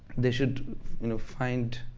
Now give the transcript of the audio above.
they should you know find